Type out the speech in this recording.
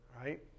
right